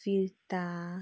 फिर्ता